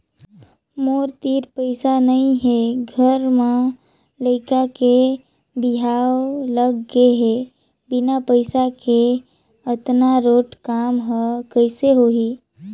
मोर तीर पइसा नइ हे घर म लइका के बिहाव लग गे हे बिना पइसा के अतना रोंट काम हर कइसे होही